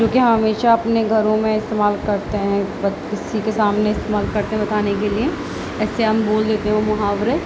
کیونہ ہمیشہ اپنے گھروں میں استعمال کرتے ہیں کسی کے سامنے استعمال کرتے ہیں بتانے کے لیے ایسے ہم بول دیتے ہیں وہ محاورے